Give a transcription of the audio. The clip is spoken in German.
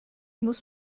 muss